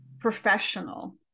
professional